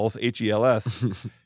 H-E-L-S